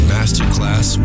Masterclass